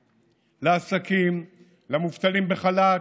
לעסקים, למובטלים בחל"ת,